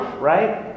right